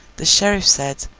the sheriff said,